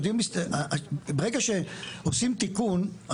ברגע שעושים תיקון,